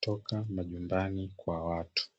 toka majumbani kwa watu.